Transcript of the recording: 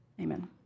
amen